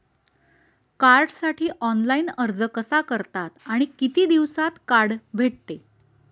कार्डसाठी ऑनलाइन अर्ज कसा करतात आणि किती दिवसांत कार्ड भेटते?